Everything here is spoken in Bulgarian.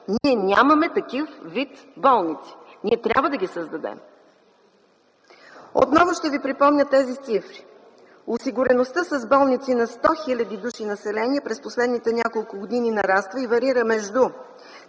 Ние нямаме такъв вид болници! Ние трябва да ги създадем! Отново ще Ви припомня тези цифри – осигуреността с болници на 100 хил. души население през последните няколко години нараства и варира между